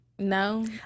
No